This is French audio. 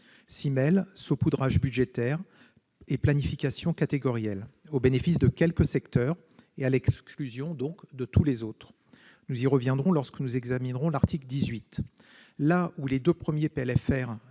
mêlent saupoudrage budgétaire et planification catégorielle, au bénéfice de quelques secteurs et à l'exclusion de tous les autres. Nous y reviendrons lorsque nous étudierons l'article 18. Là où les deux premiers PLFR limitaient